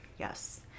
Yes